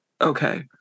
okay